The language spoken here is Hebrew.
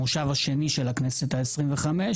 המושב השני של הכנסת העשרים וחמש,